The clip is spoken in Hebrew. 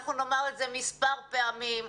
אנחנו נאמר את זה מספר פעמים,